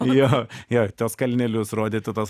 jo jo tuos kalnelius rodyti tuos